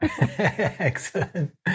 Excellent